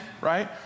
right